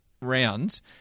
rounds